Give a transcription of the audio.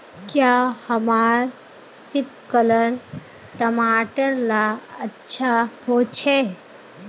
क्याँ हमार सिपकलर टमाटर ला अच्छा होछै?